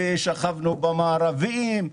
שכבנו במארבים,